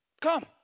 Come